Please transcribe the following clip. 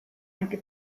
anche